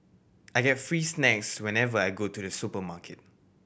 I get free snacks whenever I go to the supermarket